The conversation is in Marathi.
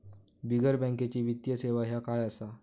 बिगर बँकेची वित्तीय सेवा ह्या काय असा?